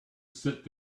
sit